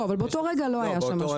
אבל באותו רגע לא היה שם מישהו.